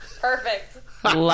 perfect